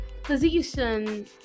position